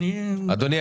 אדוני,